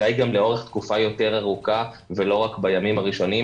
אולי גם לאורך תקופה יותר ארוכה ולא רק בימים הראשונים,